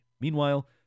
Meanwhile